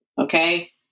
Okay